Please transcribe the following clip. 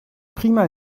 prima